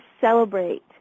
celebrate